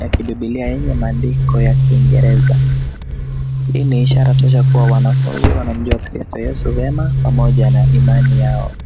ya kibibilia yenye maandiko ya kingereza. Hii ni ishara tosha kuwa wanafunzi wanamjua kristi yesu vyema, pamoja na Imani yao.